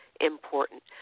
important